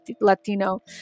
Latino